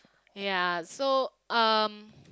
ya so um